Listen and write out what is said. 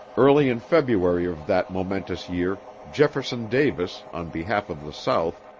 early in february of that momentous year, jefferson davis, on behalf of the south,